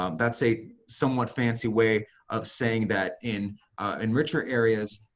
um that's a somewhat fancy way of saying that in and richer areas,